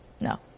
No